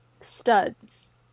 studs